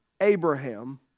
Abraham